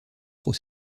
trop